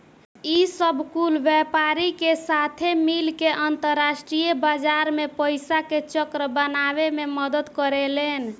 ई सब कुल व्यापारी के साथे मिल के अंतरास्ट्रीय बाजार मे पइसा के चक्र बनावे मे मदद करेलेन